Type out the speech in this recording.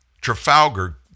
Trafalgar